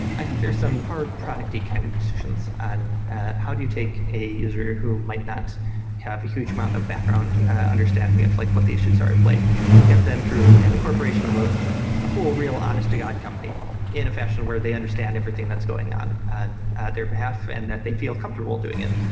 i think there are some hard product-y kind of decisions on how do you take a user who might not have a huge amount of background understanding of like what the issues are at play and get them through in a corporation of a a full, real-honest to god company in a fashion where they understand everything that's going on and at their behalf and that they feel comfortable doing it.